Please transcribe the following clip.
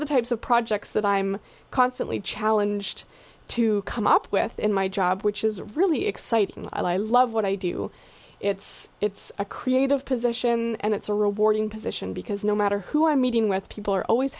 are the types of projects that i'm constantly challenge to come up with in my job which is really exciting i love what i do it's it's a creative position and it's a rewarding position because no matter who i'm meeting with people are always